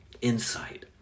insight